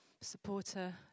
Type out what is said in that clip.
supporter